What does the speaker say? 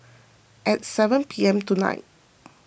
at seven P M tonight